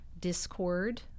discord